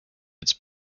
its